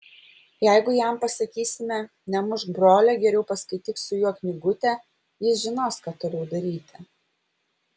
jeigu jam pasakysime nemušk brolio geriau paskaityk su juo knygutę jis žinos ką toliau daryti